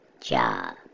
job